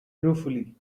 ruefully